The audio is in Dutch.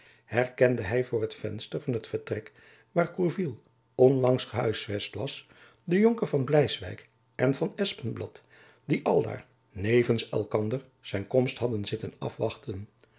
herkende hy voor het venster van het vertrek waar gourville onlangs gehuisvest had den jonker van bleiswijck en van espenblad die aldaar nevens elkander zijn komst hadden zitten afwachten